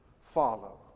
follow